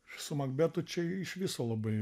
su makbetu čia iš viso labai